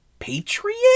Patriot